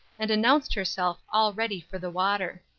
and announced herself all ready for the water.